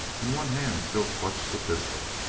and one hand still clutched a pistol.